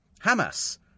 Hamas